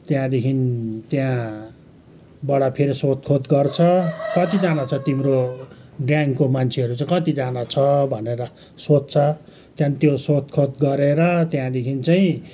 त्यहाँदेखि त्यहाँबटा फेरि सोधखोज गर्छ कतिजना छ तिम्रो ग्याङको मान्छेहरू चाहिँ कतिजना छ भनेर सोध्छ त्यहाँदेखि त्यो सोधखोज गरेर त्यहाँदेखि चाहिँ